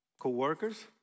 co-workers